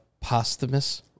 posthumous